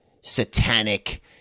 satanic